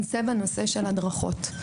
זה בנושא הדרכות.